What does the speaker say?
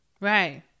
Right